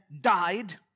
died